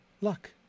Luck